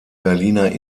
berliner